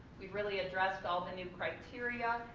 we've really addressed all the new criteria,